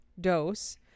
dose